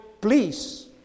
please